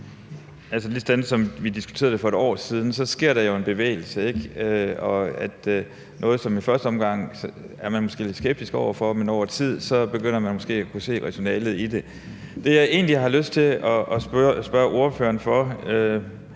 Ligesom vi diskuterede det for et år siden, sker der jo en bevægelse, ikke? Noget er man måske i første omgang lidt skeptisk over for, men over tid begynder man måske at kunne se rationalet i det. Det, jeg egentlig har lyst til at spørge ordføreren om,